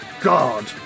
god